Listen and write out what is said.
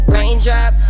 Raindrop